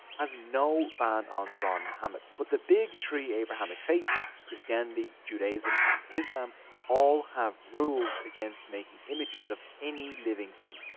has no ban on drawing muhammad. but the big three abrahamic faiths, christianity, judaism, and islam all have rules against making images of any living thing.